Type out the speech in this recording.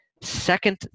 second